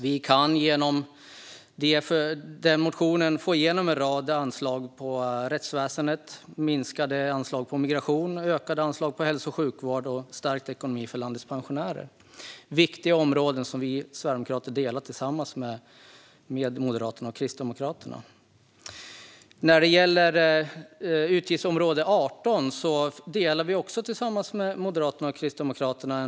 Vi kan genom den motionen få igenom en rad anslag på rättsväsendet, minskade anslag på migration, ökade anslag på hälso och sjukvård och stärkt ekonomi för landets pensionärer. Det är viktiga områden där vi sverigedemokrater har en samsyn med Moderaterna och Kristdemokraterna. När det gäller utgiftsområde 18 delar vi också en rad olika områdesbeslut med Moderaterna och Kristdemokraterna.